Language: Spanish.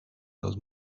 los